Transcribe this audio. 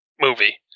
movie